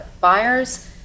buyers